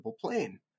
plane